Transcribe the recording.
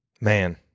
man